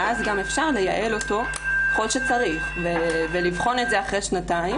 ואז גם אפשר לייעל אותו ככל שצריך ולבחון את זה אחרי שנתיים,